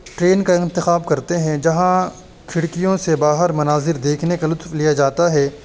train کا انتخاب کرتے ہیں جہاں کھڑکیوں سے باہر مناظر دیکھنے کا لطف لیا جاتا ہے